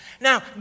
Now